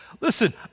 Listen